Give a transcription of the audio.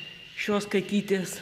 šios katytės